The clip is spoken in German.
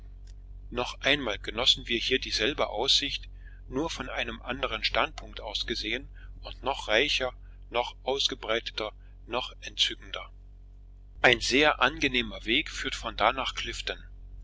noch einmal genossen wir hier dieselbe aussicht nur von einem anderen standpunkt aus gesehen und noch reicher noch ausgebreiteter noch entzückender ein sehr angenehmer weg führt von da nach